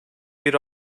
bir